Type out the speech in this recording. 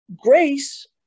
Grace